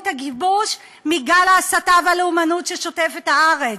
הכיבוש מגל ההסתה והלאומנות ששוטף את הארץ,